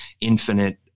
infinite